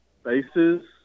spaces